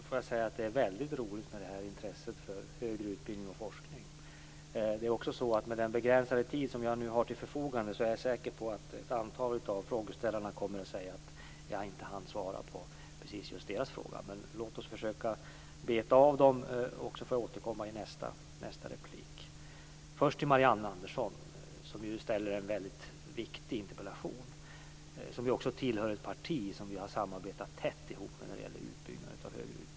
Fru talman! Det är väldigt roligt med det här intresset för högre utbildning och forskning. Med tanke på den begränsade tid som jag nu har till förfogande är jag säker på att ett antal av frågeställarna kommer att framhålla att jag inte hunnit svara på just deras frågor, men låt mig försöka beta av några och återkomma i nästa replik. Först till Marianne Andersson, som ställer en väldigt viktig interpellation. Hon tillhör ett parti som vi har samarbetat tätt med när det gäller utbyggnaden av högre utbildning.